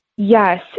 Yes